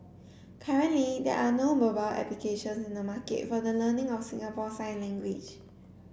currently there are no mobile applications in the market for the learning of Singapore sign language